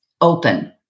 open